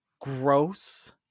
gross